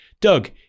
Doug